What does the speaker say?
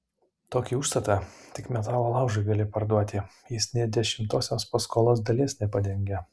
tokį užstatą tik metalo laužui gali parduoti jis nė dešimtosios paskolos dalies nepadengia